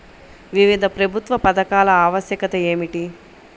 వివిధ ప్రభుత్వ పథకాల ఆవశ్యకత ఏమిటీ?